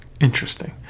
Interesting